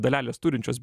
dalelės turinčios